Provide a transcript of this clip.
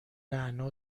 نعنا